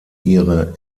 ihre